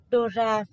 Dora